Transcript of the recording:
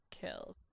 killed